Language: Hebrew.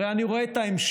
הרי אני רואה את ההמשך.